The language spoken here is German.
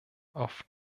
auf